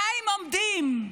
מים עומדים.